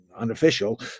unofficial